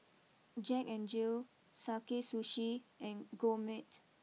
Jack N Jill Sakae Sushi and Gourmet